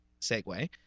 segue